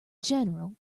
general